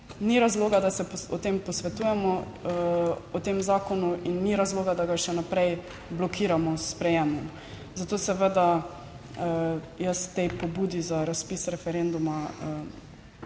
ni razloga, da se o tem posvetujemo, o tem zakonu, in ni razloga, da ga še naprej blokiramo s sprejemom. Zato seveda jaz te pobude za razpis referenduma